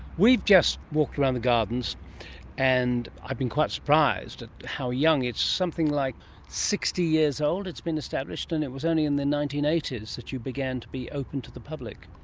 we've just walked around the gardens and i've been quite surprised at and how young. it's something like sixty years old, it's been established, and it was only in the nineteen eighty s that you began to be open to the public.